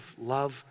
love